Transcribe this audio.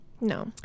No